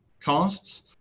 costs